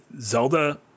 Zelda